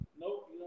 Nope